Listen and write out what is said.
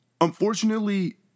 Unfortunately